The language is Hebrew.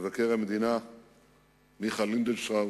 מבקר המדינה מיכה לינדנשטראוס,